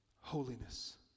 holiness